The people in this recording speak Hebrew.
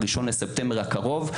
ה-1 לספטמבר הקרוב,